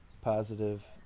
positive